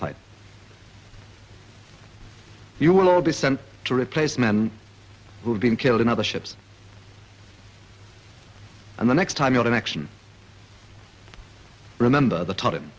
fight you will all be sent to replace men who have been killed in other ships and the next time you're in action remember the target